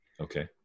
Okay